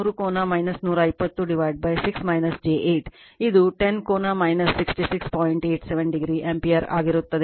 87 o ampere ಆಗಿರುತ್ತದೆ